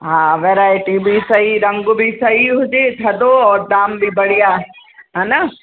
हा वैराइटी बि सही रंग बि सही हुजे थधो और दाम बि बढ़िया है न